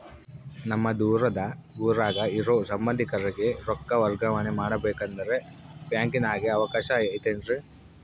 ನಮ್ಮ ದೂರದ ಊರಾಗ ಇರೋ ಸಂಬಂಧಿಕರಿಗೆ ರೊಕ್ಕ ವರ್ಗಾವಣೆ ಮಾಡಬೇಕೆಂದರೆ ಬ್ಯಾಂಕಿನಾಗೆ ಅವಕಾಶ ಐತೇನ್ರಿ?